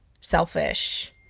selfish